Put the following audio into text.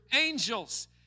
angels